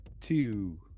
two